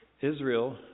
Israel